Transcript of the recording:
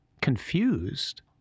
confused